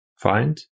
find